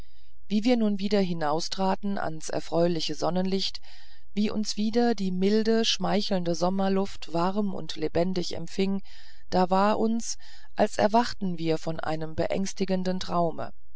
wie wir nun wieder hinaustraten an's erfreuliche sonnenlicht wie uns wieder die milde schmeichelnde sommerluft warm und lebendig empfing da war uns als erwachten wir von einem beängstigenden traume